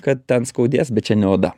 kad ten skaudės bet čia ne oda